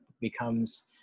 becomes